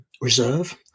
reserve